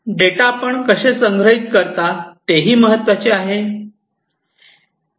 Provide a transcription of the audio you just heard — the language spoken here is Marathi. डेटा आपण कसे संग्रहित करता तेही महत्त्वाचे आहे